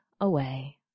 away